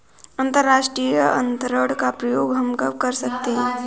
अंतर्राष्ट्रीय अंतरण का प्रयोग हम कब कर सकते हैं?